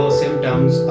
symptoms